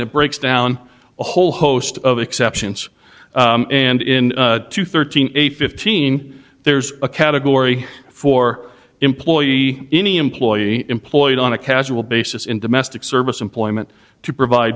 it breaks down a whole host of exceptions and in two thirteen a fifteen there's a category for employee any employee employed on a casual basis in domestic service employment to provide